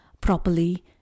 properly